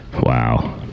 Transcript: Wow